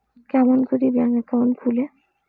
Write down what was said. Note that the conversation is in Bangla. কেমন করি ব্যাংক একাউন্ট খুলে?